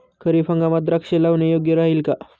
खरीप हंगामात द्राक्षे लावणे योग्य राहिल का?